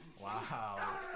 Wow